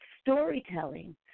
storytelling